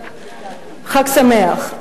חג שמח.